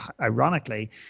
ironically